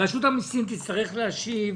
רשות המסים תצטרך להשיב,